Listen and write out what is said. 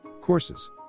courses